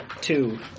Two